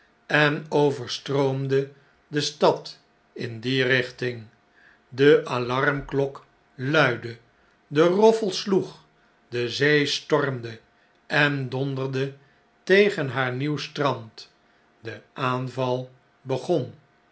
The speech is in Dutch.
en overstroomde de stad in die richting de alarmklok luidde de roffel sloeg de zee stormde en donderde tegen haar nieuw strand de aanval begon